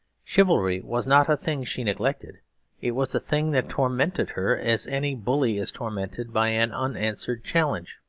chivalry was not a thing she neglected it was a thing that tormented her as any bully is tormented by an unanswered challenge.